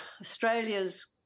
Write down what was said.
Australia's